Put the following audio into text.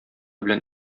белән